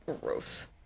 Gross